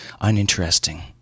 uninteresting